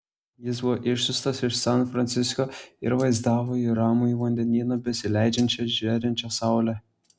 jis buvo išsiųstas iš san francisko ir vaizdavo į ramųjį vandenyną besileidžiančią žėrinčią saulę